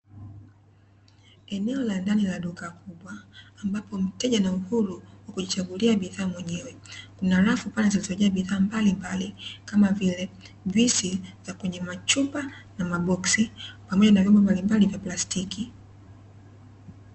Eneo la ndani ya duka kubwa ambapo mteja anauhuru wa kujichagulia mwenyewe, na rafu pana zilizojaa bidhaa kama vile juisi za kwenye machupa na maboksi pamoja na vyombo mbalimbali vya plastiki.